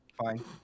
fine